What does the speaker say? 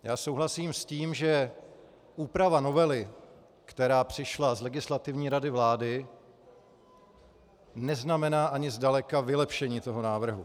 Já souhlasím s tím, že úprava novely, která přišla z Legislativní rady vlády, neznamená ani zdaleka vylepšení návrhu.